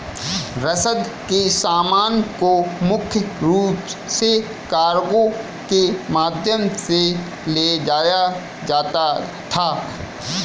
रसद के सामान को मुख्य रूप से कार्गो के माध्यम से ले जाया जाता था